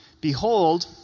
Behold